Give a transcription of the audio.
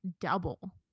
double